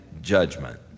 judgment